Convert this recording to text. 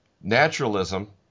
naturalism